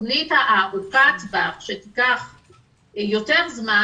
התכנית ארוכת הטווח שתיקח יותר זמן,